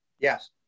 Yes